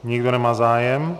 Nikdo nemá zájem.